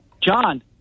John